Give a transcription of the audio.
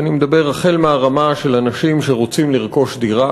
החל מהרמה של אנשים שרוצים לרכוש דירה